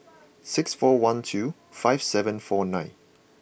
six four one two five seven four nine